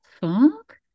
fuck